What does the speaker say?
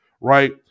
right